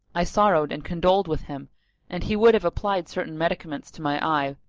i sorrowed and condoled with him and he would have applied certain medicaments to my eye,